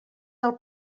del